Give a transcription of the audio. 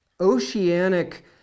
oceanic